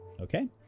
Okay